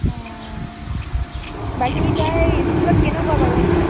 অঁ বাকী তাই স্কুলত কেনেকুৱা বাৰু এনেই